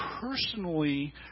personally